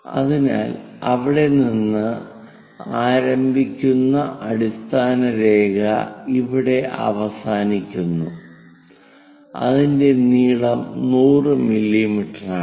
അതിനാൽ ഇവിടെ നിന്ന് ആരംഭിക്കുന്ന അടിസ്ഥാന രേഖ ഇവിടെ അവസാനിക്കുന്നു അതിന്റെ നീളം 100 മില്ലിമീറ്ററാണ്